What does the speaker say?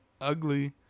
ugly